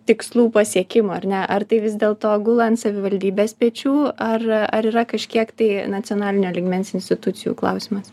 tikslų pasiekimą ar ne ar tai vis dėl to gula ant savivaldybės pečių ar ar yra kažkiek tai nacionalinio lygmens institucijų klausimas